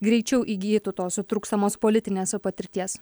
greičiau įgytų tos trūkstamos politinės patirties